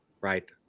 Right